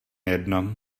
jedno